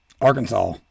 Arkansas